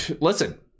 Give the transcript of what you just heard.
Listen